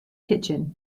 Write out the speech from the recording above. kitchen